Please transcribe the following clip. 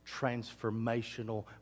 transformational